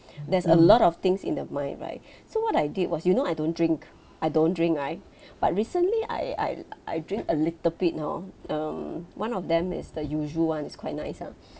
there's a lot of things in the mind right so what I did was you know I don't drink I don't drink right but recently I I I drink a little bit hor um one of them is the yuzu one it's quite nice ah